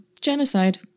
genocide